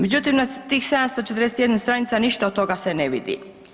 Međutim, na tih 741 stranica ništa od toga se ne vidi.